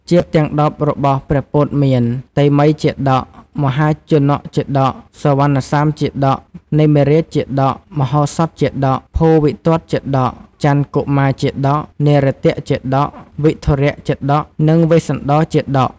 ជាតិទាំង១០របស់ព្រះពុទ្ធមាន៖ តេមិយជាតក, មហាជនកជាតក, សុវណ្ណសាមជាតក, នេមិរាជជាតក, មហោសថជាតក, ភូរិទត្តជាតក, ចន្ទកុមារជាតក, នារទជាតក, វិធូរជាតក និងវេស្សន្តរជាតក។